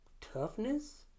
toughness